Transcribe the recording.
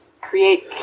create